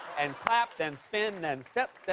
and clap, then spin, then step,